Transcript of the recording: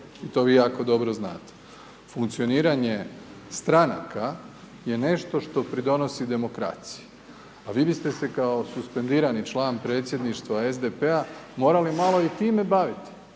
I to vi jako dobro znate. Funkcioniranje stranaka je nešto što pridonosi demokracije. A vi biste se kao suspendirani član predsjedništva SDP-a morali malo i time baviti.